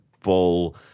full